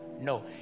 No